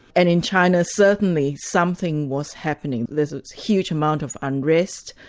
and in china certainly something was happening there's a huge amount of unrest,